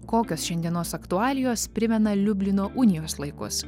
kokios šiandienos aktualijos primena liublino unijos laikus